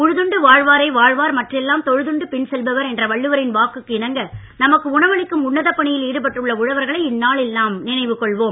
உழுதுண்டு வாழ்வாரே வாழ்வார் மற்றெல்லாம் தொழுதுண்டு பின் செல்பவர் என்ற வள்ளுவரின் வாக்குக்கு இணங்க நமக்கு உணவளிக்கும் உன்னதப் பணியில் ஈடுபட்டுள்ள உழவர்களை இந்த நாளில் நாம் நினைவு கொள்வோம்